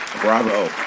Bravo